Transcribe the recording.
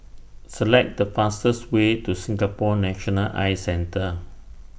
Select The fastest Way to Singapore National Eye Centre